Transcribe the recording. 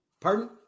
Pardon